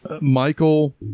Michael